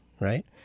right